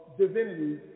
divinity